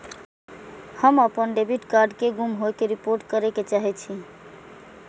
हम अपन debit card के गुम होय के रिपोर्ट करे के चाहि छी